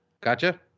Gotcha